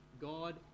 God